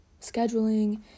scheduling